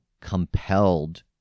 compelled